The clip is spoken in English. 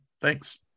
thanks